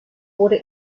wurde